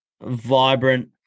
vibrant